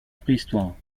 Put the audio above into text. préhistoire